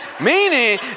Meaning